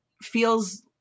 feels